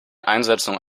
einsetzung